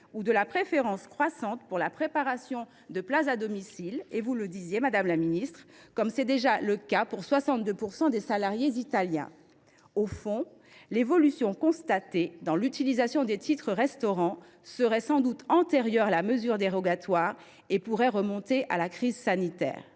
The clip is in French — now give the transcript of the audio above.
ou de la préférence croissante pour la préparation de plats à domicile, comme c’est déjà le cas pour 62 % des salariés en Italie. Au fond, l’évolution constatée dans l’utilisation des titres restaurant serait antérieure à la mesure dérogatoire et pourrait remonter à la crise sanitaire.